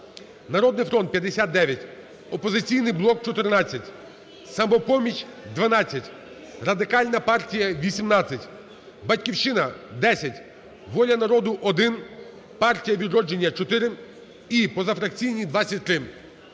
"Народний фронт" – 59, "Опозиційний блок" – 14, "Самопоміч" – 12, Радикальна партія – 18, "Батьківщина" – 10, "Воля народу" – 1, "Партія "Відродження" – 4 і позафракційні – 23.